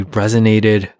resonated